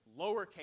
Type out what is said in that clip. lowercase